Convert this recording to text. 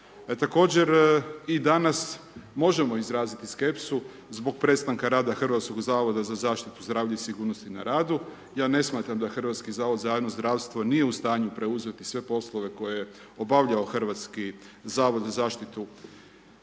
Također i danas možemo izraziti skepsu zbog prestanka rada Hrvatskog zavoda za zaštitu zdravlja i sigurnosti na radu, ja ne smatram da HZJZ nije u stanju preuzeti sve poslove koje je obavljao Hrvatski zavod za zaštitu zdravlja i sigurnosti na radu